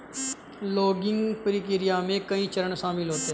logging प्रक्रिया में कई चरण शामिल होते है